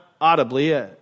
audibly